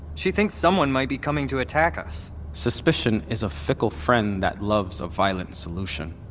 she thinks someone might be coming to attack us suspicion is a fickle friend that loves a violent solution.